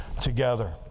together